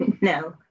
no